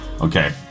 Okay